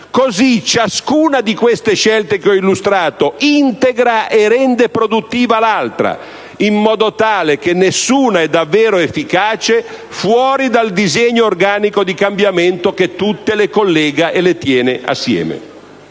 così ciascuna di queste scelte che ho illustrato integra e rende produttiva l'altra, in modo tale che nessuna è davvero efficace fuori dal disegno organico di cambiamento che tutte le collega e le tiene assieme.